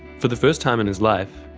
for the first time in his life,